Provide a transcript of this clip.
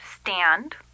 stand